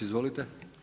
Izvolite.